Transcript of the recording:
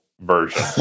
version